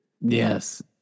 Yes